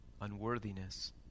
unworthiness